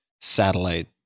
satellite